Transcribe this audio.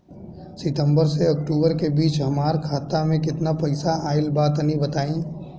सितंबर से अक्टूबर के बीच हमार खाता मे केतना पईसा आइल बा तनि बताईं?